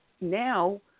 Now